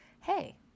Hey